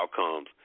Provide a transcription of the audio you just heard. outcomes